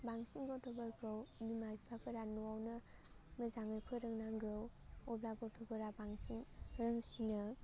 बांसिन गथ'फोरखौ बिमा बिफाफोरा न'आवनो मोजाङै फोरोंनांगौ अ'ब्ला गथ'फोरा बांसिन रोंसिनो